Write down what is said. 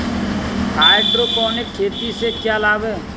Hydroponic खेती से क्या लाभ हैं?